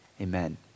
amen